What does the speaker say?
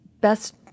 best –